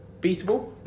beatable